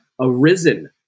arisen